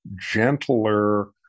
gentler